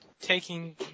taking